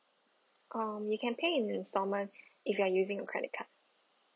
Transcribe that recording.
um you can pay in installment if you are using a credit card